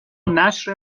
نشر